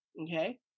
Okay